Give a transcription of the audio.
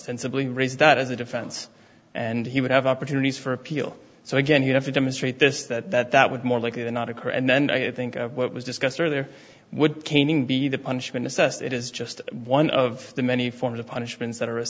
simply raise that as a defense and he would have opportunities for appeal so again you have to demonstrate this that that that would more likely than not occur and then i think what was discussed earlier would caning be the punishment assessed it is just one of the many forms of punishments that